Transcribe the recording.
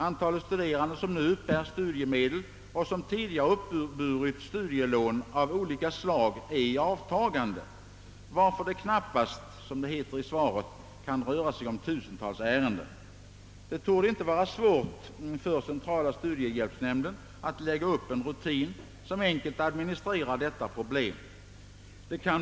Antalet studerande som nu uppbär studiemedel och tidigare uppburit studielån av olika slag är i avtagande, varför det knappast kan röra sig om -— som det heter 1 interpellationssvaret — »tusentals ärenden». Det torde inte vara svårt för centrala studiehjälpsnämnden att lägga upp en rutin, som enkelt administrerar detta problem.